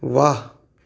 वाह